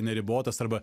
neribotas arba